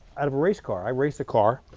out of a race car. i race a car.